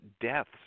deaths